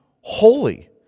holy